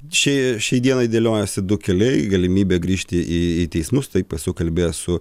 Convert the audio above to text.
čia šiai dienai dėliojasi du keliai galimybė grįžti į į teismus taip esu pasikalbėjęs su